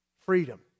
freedom